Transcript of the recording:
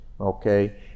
Okay